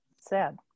Sad